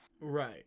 Right